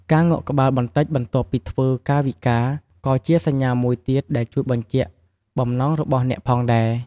ការងក់ក្បាលបន្តិចបន្ទាប់ពីធ្វើកាយវិការ ក៏ជាសញ្ញាមួយទៀតដែលជួយបញ្ជាក់បំណងរបស់អ្នកផងដែរ។